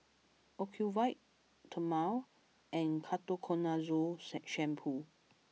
Ocuvite Dermale and Ketoconazole shampoo